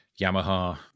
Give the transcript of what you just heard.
Yamaha